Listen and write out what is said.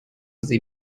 sie